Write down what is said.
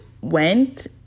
went